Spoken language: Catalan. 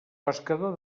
pescador